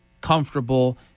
comfortable